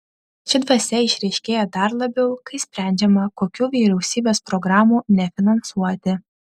ši dvasia išryškėja dar labiau kai sprendžiama kokių vyriausybės programų nefinansuoti